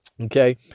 okay